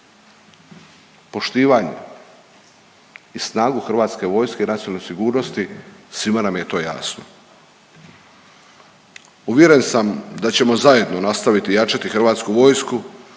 poštivanje i snagu hrvatske vojske i nacionalne sigurnosti svima nam je to jasno. Uvjeren sam da ćemo zajedno nastaviti jačati hrvatsku vojsku